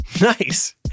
Nice